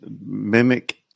mimic